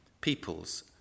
peoples